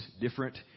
different